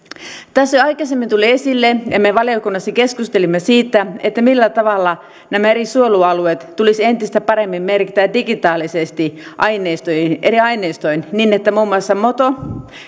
tässä jo aikaisemmin tuli esille ja me valiokunnassa keskustelimme siitä millä tavalla nämä eri suojelualueet tulisi entistä paremmin merkitä digitaalisesti eri aineistoihin niin että muun muassa moto